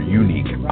unique